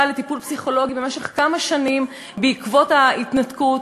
לטיפול פסיכולוגי במשך כמה שנים בעקבות ההתנתקות,